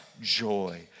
joy